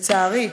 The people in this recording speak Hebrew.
לצערי,